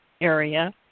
area